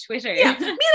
Twitter